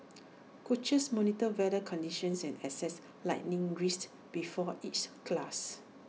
coaches monitor weather conditions and assess lightning risks before each class